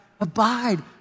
Abide